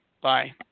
bye